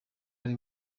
ari